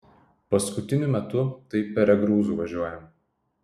paskutiniu metu tai peregrūzu važiuojam